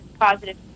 positive